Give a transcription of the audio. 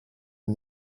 and